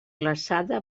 glaçada